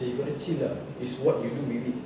macam you got to chill lah it's what you do you do